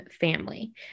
family